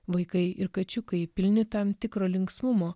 vaikai ir kačiukai pilni tam tikro linksmumo